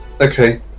Okay